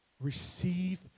Receive